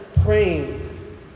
praying